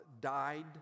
died